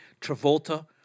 Travolta